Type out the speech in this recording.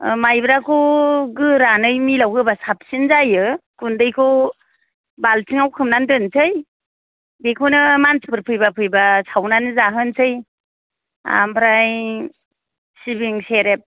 मायब्राखौ गोरानै मिलाव होबा साबसिन जायो गुन्दैखौ बाल्थिङाव खोबनानै दोननोसै बेखौनो मानसिफोर फैब्ला सावनानै जाहोनसै ओमफ्राय सिबिं सेरेब